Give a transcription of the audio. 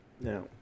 Now